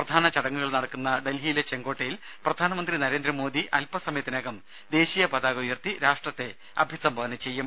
പ്രധാന ചടങ്ങുകൾ നടക്കുന്ന ഡൽഹിയിലെ ചെങ്കോട്ടയിൽ പ്രധാനമന്ത്രി നരേന്ദ്രമോദി അൽപ സമയത്തിനകം ദേശീയ പതാക ഉയർത്തി രാഷ്ട്രത്തെ അഭിസംബോധന ചെയ്യും